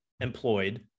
employed